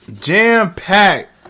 Jam-packed